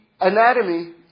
anatomy